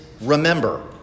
remember